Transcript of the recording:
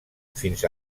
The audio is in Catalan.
fins